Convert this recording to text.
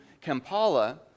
Kampala